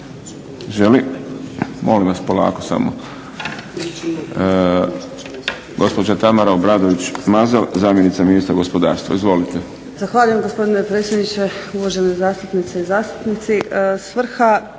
Zahvaljujem gospodine predsjedniče, uvažene zastupnice i zastupnici.